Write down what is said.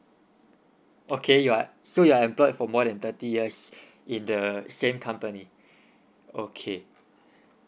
okay you are so you are employed for more than thirty years in the same company okay